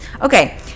Okay